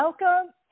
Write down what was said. Welcome